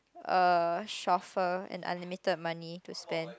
a chauffeur and unlimited money to spend